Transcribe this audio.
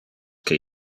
que